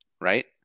Right